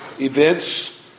events